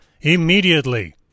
immediately